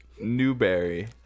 Newberry